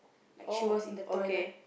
like she was in the toilet